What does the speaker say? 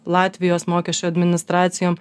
latvijos mokesčių administracijom